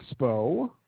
Expo